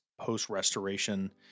post-restoration